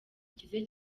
ikize